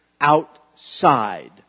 outside